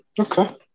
Okay